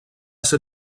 ser